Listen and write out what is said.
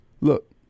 look